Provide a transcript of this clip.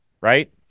right